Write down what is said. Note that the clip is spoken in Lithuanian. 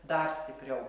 dar stipriau